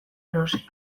erosi